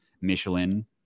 Michelin